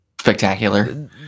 Spectacular